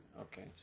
Okay